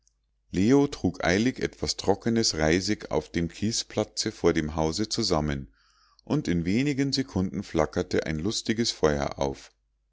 leo trug eilig etwas trockenes reisig auf dem kiesplatze vor dem hause zusammen und in wenigen sekunden flackerte ein lustiges feuer auf